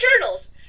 journals